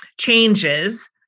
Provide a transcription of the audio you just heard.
changes